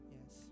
Yes